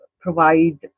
provide